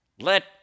Let